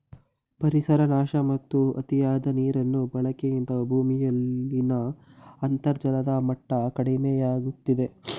ಪರಿಸರ ನಾಶ ಮತ್ತು ಅತಿಯಾದ ನೀರಿನ ಬಳಕೆಯಿಂದ ಭೂಮಿಯಲ್ಲಿನ ಅಂತರ್ಜಲದ ಮಟ್ಟ ಕಡಿಮೆಯಾಗುತ್ತಿದೆ